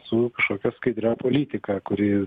su kažkokia skaidria politika kuri